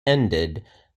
ended